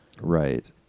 right